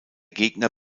gegner